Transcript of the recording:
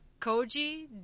Koji